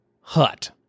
Hut